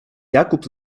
jakub